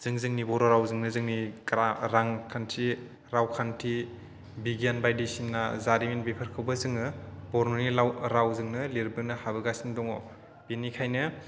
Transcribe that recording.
जों जोंनि बर' रावजोंनो जोंनि रांखान्थि रावखान्थि बिगियान बायदिसिना जारिमिन बेफोरखौबो जोङो बर' रावजोंनो लिरबोनो हाबोगासिनो दङ बेनिखायनो